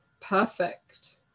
perfect